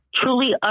truly